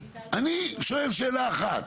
אני שואל שאלה אחת,